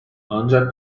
ancak